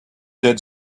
dead